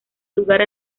lugar